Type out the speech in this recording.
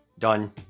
Done